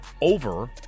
over